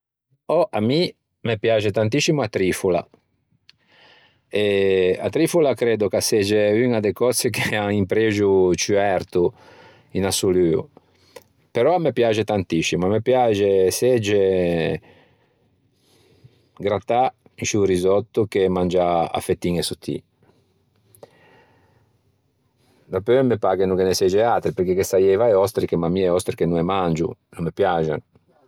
oh a mi me piaxe tantiscimo a trifola eh a trifola creddo ch'a segge uña de cöse che an un prexo ciù erto in assoluo però a me piaxe tantiscimo. A me piaxe segge grattâ in sciô risòtto che mangiâ à fettiñe sottî. Dapeu me pâ che no ghe segge atre perché ghe saieiva e ostriche ma mi e osctriche no ê mangio, no pe piaxan.